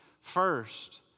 first